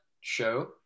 show